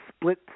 Split